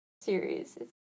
series